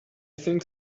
think